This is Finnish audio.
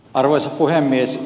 arvoisa puhemies